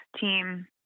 team